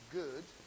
good